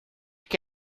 que